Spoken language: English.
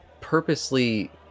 purposely